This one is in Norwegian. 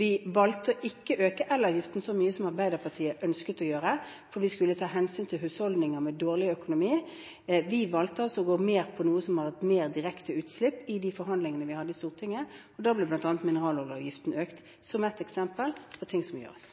Vi valgte ikke å øke elavgiften så mye som Arbeiderpartiet ønsket å gjøre, for vi skulle ta hensyn til husholdninger med dårlig økonomi. Vi valgte i de forhandlingene vi hadde i Stortinget, heller noe som gikk mer direkte på utslipp. Da ble bl.a. mineraloljeavgiften økt, som ett eksempel på ting som må gjøres.